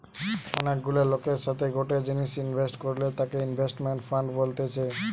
অনেক গুলা লোকের সাথে গটে জিনিসে ইনভেস্ট করলে তাকে ইনভেস্টমেন্ট ফান্ড বলতেছে